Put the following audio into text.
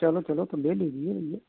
चलो चलो तो ले लीजिए भैया